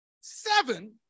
seven